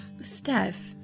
Steph